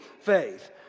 faith